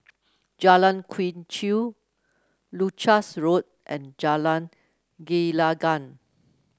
Jalan Quee Chew Leuchars Road and Jalan Gelenggang